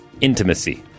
intimacy